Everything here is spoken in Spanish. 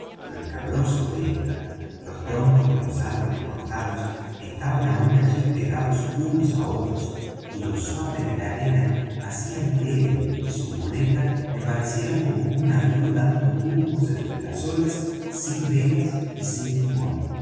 lo escabroso de ésta los troncos de los árboles cortados que estaban aun allí pegados unos á otros y lo suave de la arena hacían que él y su muleta me parecieran como un navío dando tumbos entre las olas sin velas y sin timón